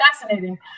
fascinating